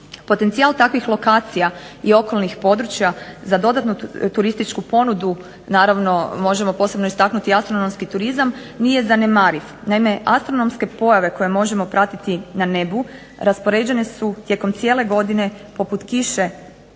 Potencijal takvih lokacija i okolnih područja za dodatnu turističku ponudu, naravno možemo posebno istaknuti astronomski turizam, nije zanemariv. Naime, astronomske pojave koje možemo pratiti na nebu raspoređene su tijekom cijele godine poput kiše